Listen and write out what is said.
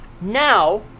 now